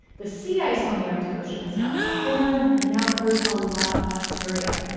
the sea ice on the arctic ocean has gotten thinner, and it now covers a lot less area.